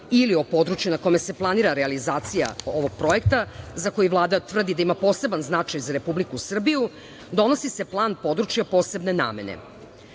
ili područja na kojima se planira realizacija ovog projekta za koji Vlada tvrdi da ima poseban značaj za Republiku Srbiju, donosi se plan područja posebne